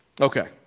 okay